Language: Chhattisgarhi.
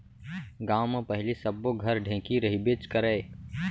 गॉंव म पहिली सब्बो घर ढेंकी रहिबेच करय